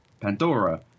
pandora